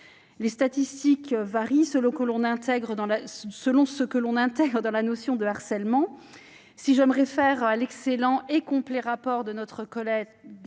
Les statistiques varient, selon ce que l'on intègre dans la notion de harcèlement. Si je me réfère à l'excellent et très complet rapport de notre collègue